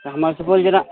तऽहमर सुपौल जिला